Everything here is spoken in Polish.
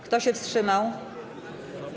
Kto się wstrzymał?